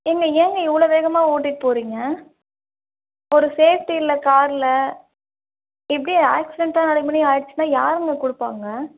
ஏங்க ஏங்க இவ்வளோ வேகமாக ஓட்டிகிட்டு போகறீங்க ஒரு சேஃப்டி இல்லை காரில் இப்படி ஆக்ஸிடண்ட்டாக நாளப்பின்னே ஆயிடுச்சுன்னா யாருங்க கொடுப்பாங்க